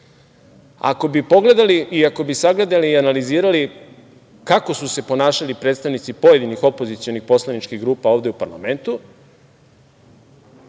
Ako bi pogledali i ako bi sagledali i analizirali kako su se ponašali predstavnici pojedinih opozicionih poslaničkih grupa ovde u parlamentu,